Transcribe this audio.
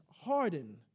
hardened